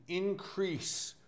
increase